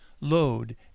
load